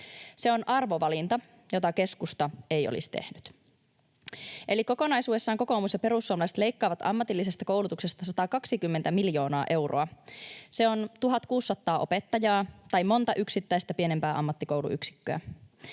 Se on arvovalinta, jota keskusta ei olisi tehnyt. Eli kokonaisuudessaan kokoomus ja perussuomalaiset leikkaavat ammatillisesta koulutuksesta 120 miljoonaa euroa. Se on 1 600 opettajaa tai monta yksittäistä pienempää ammattikouluyksikköä.